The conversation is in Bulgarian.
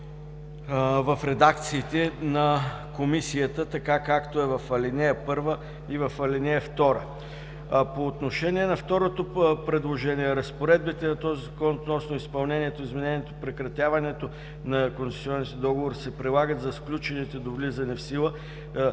в редакциите на Комисията, както е в ал. 1 и в ал. 2. По отношение на второто предложение – „Разпоредбите на този Закон относно изпълнението, изменението, прекратяването на концесионните договори се прилагат за сключените до влизане в сила“